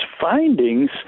findings